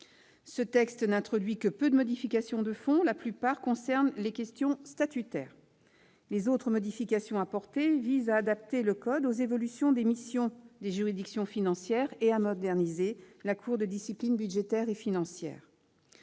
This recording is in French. Ce texte n'introduit que peu de modifications de fond ; la plupart concernent les questions statutaires. Les autres modifications apportées visent à adapter le code aux évolutions des missions des juridictions financières et à moderniser la Cour de discipline budgétaire et financière.